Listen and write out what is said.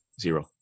zero